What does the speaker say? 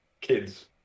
kids